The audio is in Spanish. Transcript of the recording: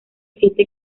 siete